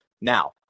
Now